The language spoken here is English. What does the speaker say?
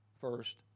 First